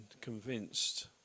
convinced